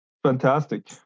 Fantastic